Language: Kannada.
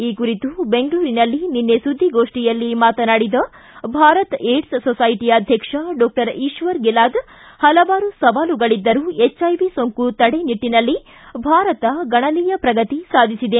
ಈ ಕುರಿತು ಬೆಂಗಳೂರಿನಲ್ಲಿ ನಿನ್ನೆ ಸುದ್ದಿಗೋಷ್ಠಿಯಲ್ಲಿ ಮಾತನಾಡಿದ ಭಾರತ ಏಡ್ಲೆ ಸೊಸೈಟಿ ಅದ್ವಕ್ಷ ಡಾಕ್ಷರ್ ಈಶ್ವರ್ ಗಿಲಾದ್ ಹಲವಾರು ಸವಾಲುಗಳಿದ್ದರೂ ಎಚ್ಐವಿ ಸೋಂಕು ತಡೆ ನಿಟ್ಟನಲ್ಲಿ ಭಾರತ ಗಣನೀಯ ಪ್ರಗತಿ ಸಾಧಿಸಿದೆ